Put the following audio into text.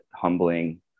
humbling